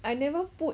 I never put